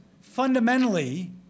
Fundamentally